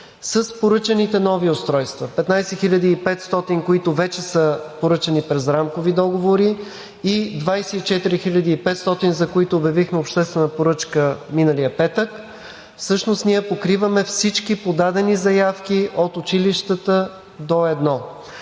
С поръчаните нови устройства – 15 500, които вече са поръчани през рамкови договори, и 24 500, за които обявихме обществена поръчка миналия петък, всъщност ние покриваме всички подадени заявки от училищата до едно.